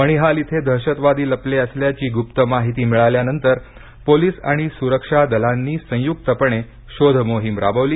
मणीहाल इथं दहशतवादी लपले असल्याची गुप्त माहिती मिळाल्यानंतर पोलिस आणि सुरक्षा दलांनी संयुक्तपणे शोध मोहीम राबवली